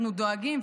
אנחנו דואגים,